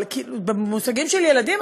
אבל במושגים של ילדים,